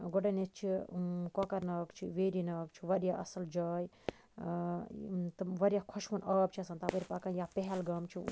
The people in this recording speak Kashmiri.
گۄڈٕنیتھ چھِ کۄکَر ناگ چھ ویری ناگ چھُ واریاہ اَصٕل جاے تِم واریاہ خۄشوُن آب چھُ آسان تَپٲرۍ پَکان یا پَہلگام چھُ